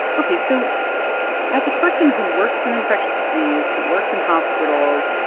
ok, so as a person who works in infectious disease, who works in hospitals,